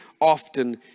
often